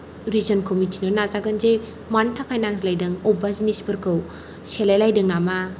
रिजनखौ मिथिनो नाजागोन जे मानि थाखाय नांज्लायदों अब्बा जिनिसफोरखौ सेलायलायदों नामा